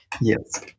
Yes